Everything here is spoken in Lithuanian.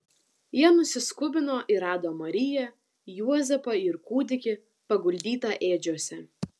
jie nusiskubino ir rado mariją juozapą ir kūdikį paguldytą ėdžiose